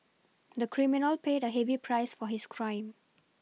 the criminal paid a heavy price for his crime